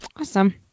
Awesome